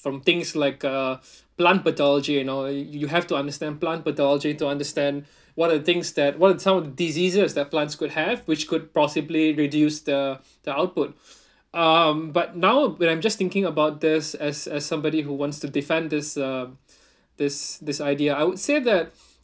from things like uh plant pathology you know you you have to understand plant pathology to understand what are the things that what are some of diseases that plants could have which could possibly reduce the the output um but now that when I'm just thinking about this as as somebody who wants to defend this uh this this idea I would say that